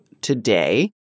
today